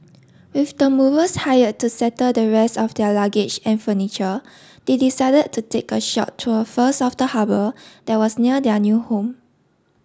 with the movers hired to settle the rest of their luggage and furniture they decided to take a short tour first of the harbour that was near their new home